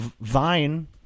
Vine